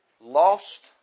lost